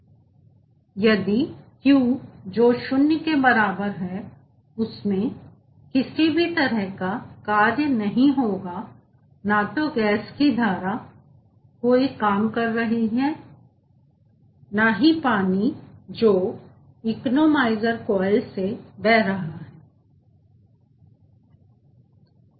यदि Q जो शुन्य के बराबर है उसमें किसी भी तरह का कार्य नहीं होगा न तो गैस की धारा कोई काम कर रही है और न ही पानी जो कि इकोनोमाइज़र कॉइल से बह रहा है